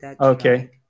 Okay